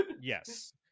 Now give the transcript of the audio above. Yes